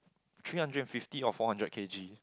three hundred and fifty or four hundred K_G